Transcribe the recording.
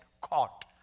caught